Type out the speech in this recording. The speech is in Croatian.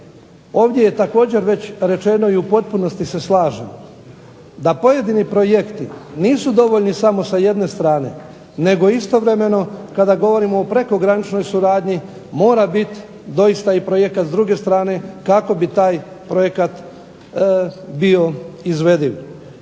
ovdje je također već rečeno i u potpunosti se slažem da pojedini projekti nisu dovoljni samo sa jedne strane, nego istovremeno kada govorimo o prekograničnoj suradnji mora biti doista i projekat s druge strane kako bi taj projekat bio izvediv.